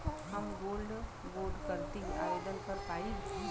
हम गोल्ड बोड करती आवेदन कर पाईब?